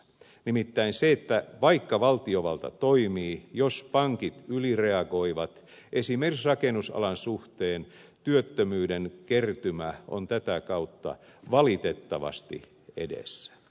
nimittäin vaikka valtiovalta toimii jos pankit ylireagoivat esimerkiksi rakennusalan suhteen työttömyyden kertymä on tätä kautta valitettavasti edessä